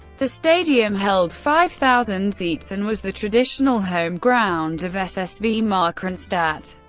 the stadium held five thousand seats and was the traditional home ground of ssv markranstadt.